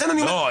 לא.